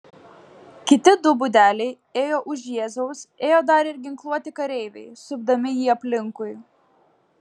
kiti du budeliai ėjo už jėzaus ėjo dar ir ginkluoti kareiviai supdami jį aplinkui